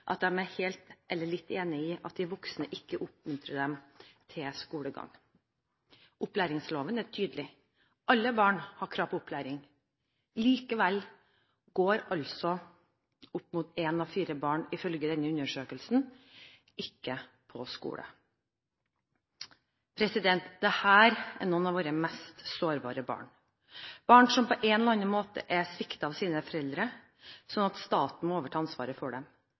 oppmuntrer dem til skolegang. Opplæringsloven er tydelig: Alle barn har krav på opplæring. Likevel går altså opp mot én av fire barn ifølge denne undersøkelsen ikke på skole. Dette er noen av våre mest sårbare barn – barn som på en eller annen måte er sviktet av sine foreldre, slik at staten må overta ansvaret for dem.